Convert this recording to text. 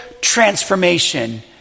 transformation